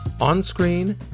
on-screen